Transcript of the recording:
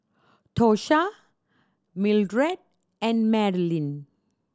Tosha Mildred and Madalynn